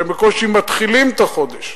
הם בקושי מתחילים את החודש.